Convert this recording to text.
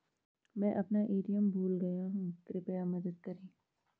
मैं अपना ए.टी.एम भूल गया हूँ, कृपया मदद करें